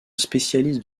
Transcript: spécialiste